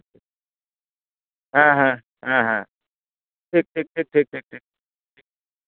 ᱦᱮᱸ ᱦᱮᱸ ᱦᱮᱸ ᱦᱮᱸ ᱴᱷᱤᱠ ᱴᱷᱤᱠ ᱴᱷᱤᱠ ᱴᱷᱤᱠ ᱴᱷᱤᱠ ᱴᱷᱤᱠ